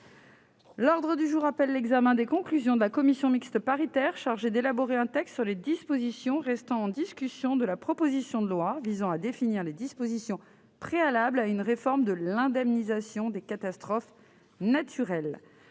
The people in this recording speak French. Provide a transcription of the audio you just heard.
L'ordre du jour appelle l'examen des conclusions de la commission mixte paritaire chargée d'élaborer un texte sur les dispositions restant en discussion de la proposition de loi visant à définir les dispositions préalables à une réforme de l'indemnisation des catastrophes naturelles